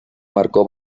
marcó